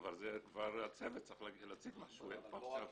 אבל הצוות צריך להציג לך את הדברים כשהוא פה עכשיו.